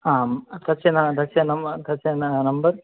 आं तस्य न तस्य नं तस्य नम्बर्